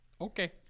Okay